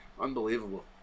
Unbelievable